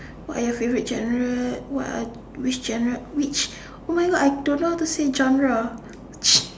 what are your favourite genre what are which genre which oh my God I don't know how to say genre